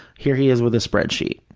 here he is with a spreadsheet.